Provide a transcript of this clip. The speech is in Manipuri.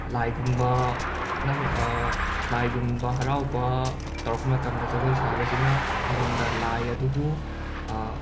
ꯂꯥꯏꯒꯨꯝꯕ ꯅꯝ ꯂꯥꯏꯒꯨꯝꯕ ꯍꯔꯥꯎꯕ ꯇꯧꯔꯛꯄ ꯃꯇꯝꯗ ꯖꯒꯣꯏ ꯁꯥꯕꯁꯤꯅ ꯑꯩꯉꯣꯟꯗ ꯂꯥꯏ ꯑꯗꯨꯕꯨ